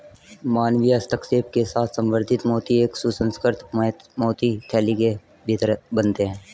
मानवीय हस्तक्षेप के साथ संवर्धित मोती एक सुसंस्कृत मोती थैली के भीतर बनते हैं